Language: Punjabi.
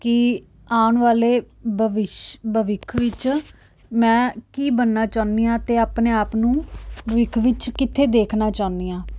ਕਿ ਆਉਣ ਵਾਲੇ ਬਵਿਛ ਭਵਿੱਖ ਵਿੱਚ ਮੈਂ ਕੀ ਬਣਨਾ ਚਾਹੁੰਦੀ ਹਾਂ ਅਤੇ ਆਪਣੇ ਆਪ ਨੂੰ ਭਵਿੱਖ ਵਿੱਚ ਕਿੱਥੇ ਦੇਖਣਾ ਚਾਹੁੰਦੀ ਹਾਂ